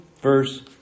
verse